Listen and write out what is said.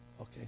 Okay